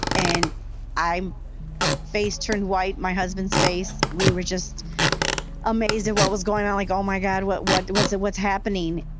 and i'm face turned white, my husband's face. we were just amazed at what was going on. like, oh, my god, what what what's happening?